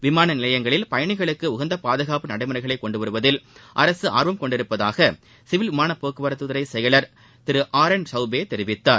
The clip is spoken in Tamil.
விமான நிலையங்களில் பயணிகளுக்கு உகந்த பாதுகாப்பு நடைமுறைகளை கொண்டுவருவதில் அரசு ஆர்வம் கொண்டுள்ளதாக சிவில் விமான போக்குவரத்துத்துறை செயலர் திரு தெரிவித்தார்